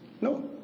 No